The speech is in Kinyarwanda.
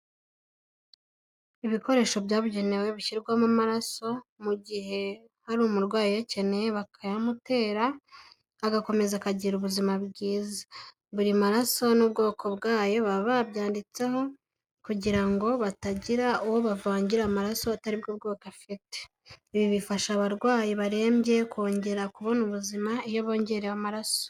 Ibikoresho byabugenewe bishyirwamo amaraso mu gihe hari umurwayi uyacyeneye bakayamutera agakomeza akagira ubuzima bwiza. Buri maraso n'ubwoko bwayo baba babyanditseho kugira ngo batagira uwo bavangira amaraso ataribwo bwoko afite. Ibi bifasha abarwayi barembye kongera kubona ubuzima iyo bongerewe amaraso.